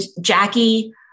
Jackie